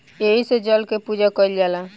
एही से जल के पूजा कईल जाला